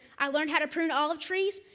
i learned how to prune olive trees,